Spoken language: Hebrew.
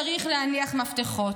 צריך להניח מפתחות?